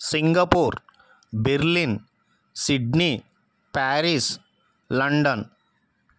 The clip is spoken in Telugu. Singapore Berlin Sydney Paris London